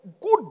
good